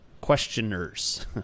questioners